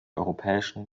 europäischen